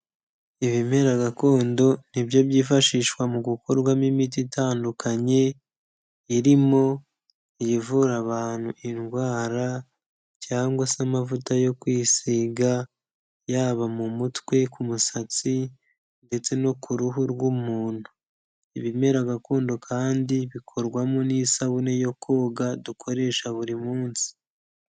Ibimera gakondo ni byo byifashishwa mu gukorwamo imiti itandukanye irimo ivura abantu indwara cyangwa se amavuta yo kwisiga, yaba mu mutwe ku musatsi ndetse no ku ruhu rw'umuntu. Ibimera gakondo kandi bikorwamo n'isabune yo koga dukoresha buri munsi.